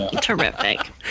Terrific